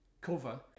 cover